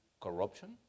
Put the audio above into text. corruption